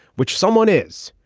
which someone is.